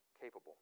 capable